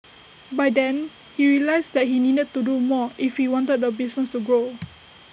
by then he realised that he needed to do more if he wanted the business to grow